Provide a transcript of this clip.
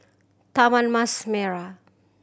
Taman Mas Merah